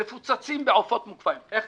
איך